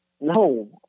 No